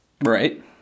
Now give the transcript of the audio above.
Right